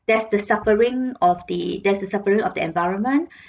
there's the suffering of the there's the suffering of the environment